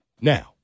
Now